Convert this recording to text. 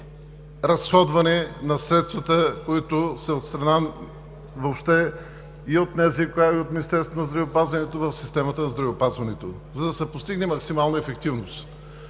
разходване на средствата, които са и от НЗОК, и от Министерството на здравеопазването в системата на здравеопазването, за да се постигне максимална ефективност.